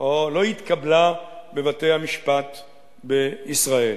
או לא התקבלה בבתי-המשפט בישראל.